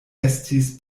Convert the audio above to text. estis